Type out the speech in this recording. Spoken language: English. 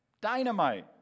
Dynamite